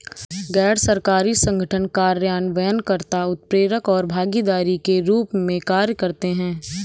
गैर सरकारी संगठन कार्यान्वयन कर्ता, उत्प्रेरक और भागीदार के रूप में कार्य करते हैं